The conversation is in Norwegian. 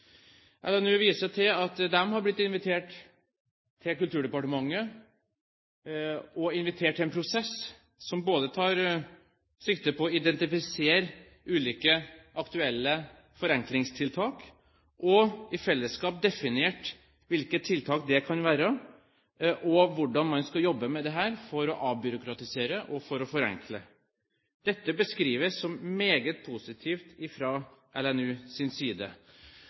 viser til at de har blitt invitert av Kulturdepartementet til å delta i en prosess som tar sikte på å identifisere ulike aktuelle forenklingstiltak, og har i fellesskap definert hvilke tiltak det kan være, og hvordan man skal jobbe med dette for å avbyråkratisere og forenkle. Dette beskrives som meget positivt fra LNUs side.